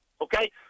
Okay